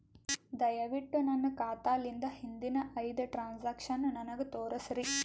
ದಯವಿಟ್ಟು ನನ್ನ ಖಾತಾಲಿಂದ ಹಿಂದಿನ ಐದ ಟ್ರಾಂಜಾಕ್ಷನ್ ನನಗ ತೋರಸ್ರಿ